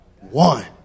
one